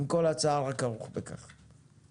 עם כל הצער הכרוך בכך.